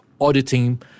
auditing